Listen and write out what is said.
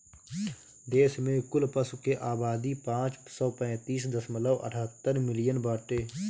देश में कुल पशु के आबादी पाँच सौ पैंतीस दशमलव अठहत्तर मिलियन बाटे